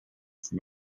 from